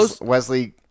Wesley